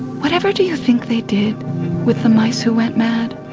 whatever do you think they did with the mice who went mad?